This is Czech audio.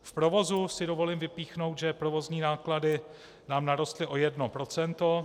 V provozu si dovolím vypíchnout, že provozní náklady nám narostly o jedno procento.